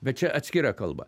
bet čia atskira kalba